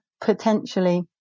potentially